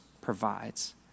provides